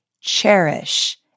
cherish